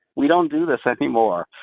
we don't do this anymore?